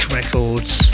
records